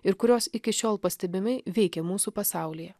ir kurios iki šiol pastebimai veikia mūsų pasaulyje